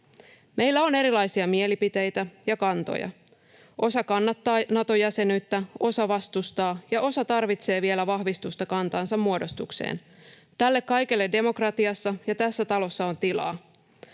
Meillä on erilaisia mielipiteitä ja kantoja. Osa kannattaa Nato-jäsenyyttä, osa vastustaa, ja osa tarvitsee vielä vahvistusta kantansa muodostukseen. Tälle kaikelle demokratiassa ja tässä talossa on tilaa.